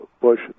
bush